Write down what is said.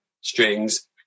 strings